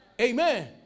Amen